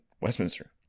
Westminster